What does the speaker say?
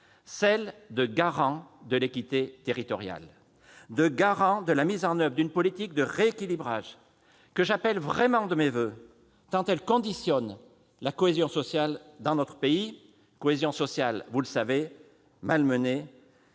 de garant de l'équité territoriale et de la mise en oeuvre d'une politique de rééquilibrage. J'appelle vraiment de mes voeux une telle politique, tant elle conditionne la cohésion sociale dans notre pays, cohésion sociale- vous le savez -malmenée